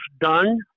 done